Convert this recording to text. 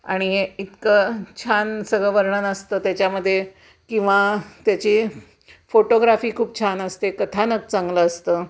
आणि इतकं छान सगळं वर्णन असतं त्याच्यामध्ये किंवा त्याची फोटोग्राफी खूप छान असते कथानक चांगलं असतं